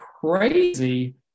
crazy